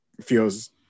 feels